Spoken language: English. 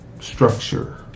structure